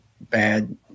bad